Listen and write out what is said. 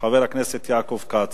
חבר הכנסת יעקב כץ.